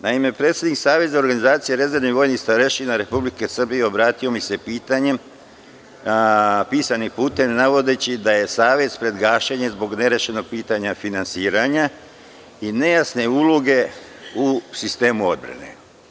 Naime, predsednik Saveza organizacije rezervnih vojnih starešina Republike Srbije, obratio mi se pitanjem, pisanim putem, navodeći da je Savez pred gašenjem zbog nerešenog pitanja finansiranja i nejasne uloge u sistemu odbrane.